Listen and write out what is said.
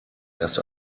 erst